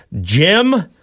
Jim